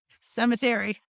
Cemetery